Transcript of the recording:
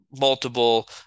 multiple